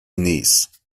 niece